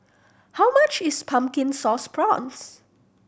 how much is Pumpkin Sauce Prawns